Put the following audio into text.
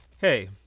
Hey